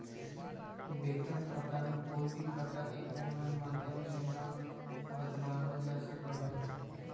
वेतन खाता में कोई भी खाता के आनलाइन माधम से ना बदलावल जा सका हई